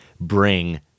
bring